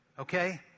Okay